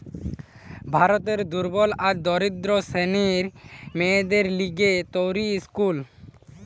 ভারতের দুর্বল আর দরিদ্র শ্রেণীর মেয়েদের লিগে তৈরী স্কুল